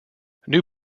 new